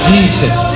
Jesus